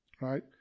right